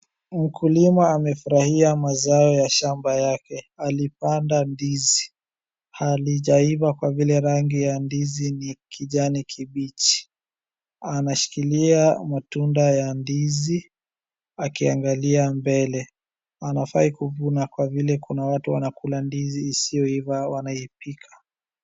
Mkulima amefurahia mazao ya shamba yake, alipanda ndizi. Halijaiva kwa vile rangi ya ndizi ni kijani kibichi. Anashikilia matunda ya ndizi akiangalia mbele. Anafai kuvuna kwa vile kuna watu wanakula ndizi isioiva wanaipika.